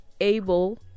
able